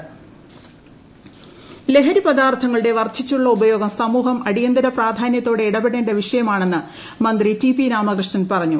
T P Ramakrishnan ലഹരി പദാർത്ഥങ്ങളുടെ വർധിച്ചുള്ള ഉപയോഗം സമൂഹം അടിയന്തര പ്രാധാന്യത്തോടെ ഇടപെടേണ്ട വിഷയമാണെന്ന് മന്ത്രി ടി പി രാമകൃഷ്ണൻ പറഞ്ഞു